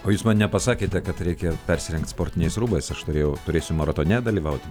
o jūs man nepasakėte kad reikia persirengti sportiniais rūbais aš norėjau turėsiu maratone dalyvauti